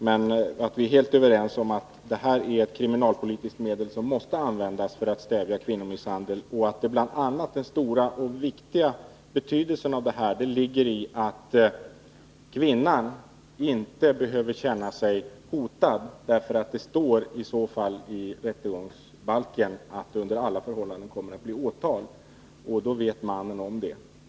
Men vi är helt överens om att det här gäller ett kriminalpolitiskt medel som måste användas för att stävja kvinnomisshandel. Den stora betydelsen ligger i att kvinnan inte behöver känna sig hotad. Det står i rättegångsbalken att det under alla förhållanden kommer att bli åtal om kvinnan är hotad. Då vet mannen om det.